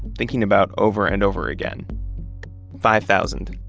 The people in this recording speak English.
thinking about over and over again five thousand.